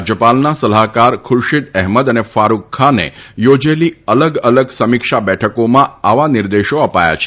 રાજયપાલના સલાહકાર ખુરશીદ અહેમદ અને ફારૂક ખાને યોજેલી અલગ અલગ સમીક્ષા બેઠકોમાં આવા નિર્દેશો અપાયા છે